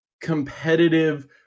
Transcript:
competitive